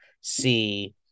See